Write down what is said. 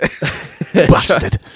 Bastard